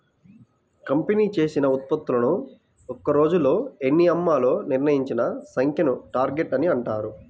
company చేసిన ఉత్పత్తులను ఒక్క రోజులో ఎన్ని అమ్మాలో నిర్ణయించిన సంఖ్యను టార్గెట్ అని అంటారు